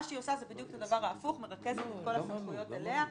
שהיא עושה זה הדבר ההפוך מרכזת את כל הסמכויות אליה.